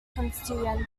constituency